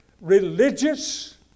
religious